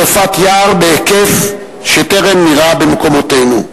שרפת יער בהיקף שטרם נראה במקומותינו.